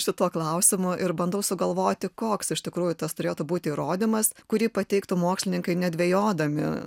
šituo klausimu ir bandau sugalvoti koks iš tikrųjų tas turėtų būti įrodymas kurį pateiktų mokslininkai nedvejodami